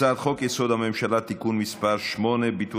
הצעת חוק-יסוד: הממשלה (תיקון מס' 8) (ביטול